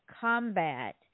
combat